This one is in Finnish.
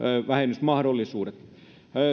vähennysmahdollisuudet